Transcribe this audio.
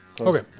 Okay